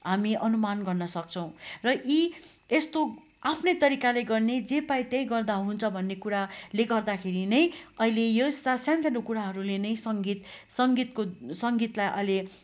हामी अनुमान गर्न सक्छौँ र यी यस्तो आफ्नै तरिकाले गर्ने जे पायो त्यही गर्दा हुन्छ भन्ने कुराले गर्दाखेरि नै अहिले यो सा सानो कुराहरूले नै सङ्गीत सङ्गीतको सङ्गीतलाई अहिले